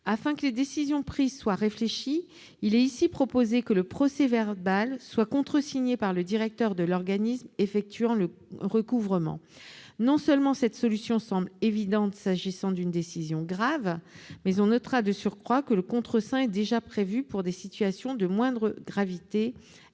Afin que les décisions prises soient réfléchies, nous proposons que le procès-verbal soit contresigné par le directeur de l'organisme effectuant le recouvrement. Non seulement cette solution semble évidente s'agissant d'une décision grave, mais on notera de surcroît que le contreseing est déjà prévu pour des situations de moindre gravité,